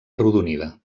arrodonida